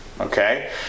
Okay